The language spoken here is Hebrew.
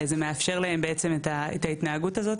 זה מאפשר להם בעצם את ההתנהגות הזאת,